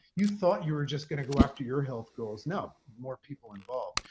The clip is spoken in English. you thought you were just going to go after your health goals. no. more people involved.